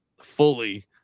fully